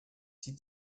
die